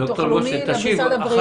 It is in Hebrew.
לביטוח לאומי ולמשרד הבריאות.